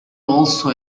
also